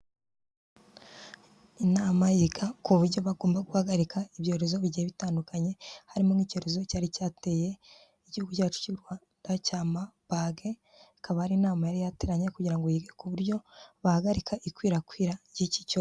Inama yiga ku buryo bagomba guhagarika ibyorezo bigiye bitandukanye, harimo nk'icyorezo cyari cyateye igihugu cyacu cy' u Rwanda cya Marburg, akaba ari inama yari yateranye kugira ngo yige ku buryo bahagarika ikwirakwira ry'iki cyorezo.